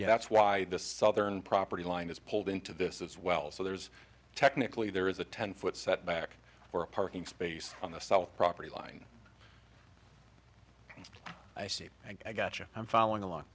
that's why the southern property line is pulled into this as well so there's technically there is a ten foot setback or a parking space on the south property line i see i gotcha i'm following